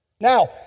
Now